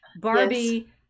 barbie